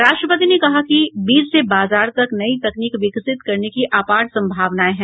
राष्ट्रपति ने कहा कि बीज से बाजार तक नई तकनीक विकसित करने की अपार संभावनाएं हैं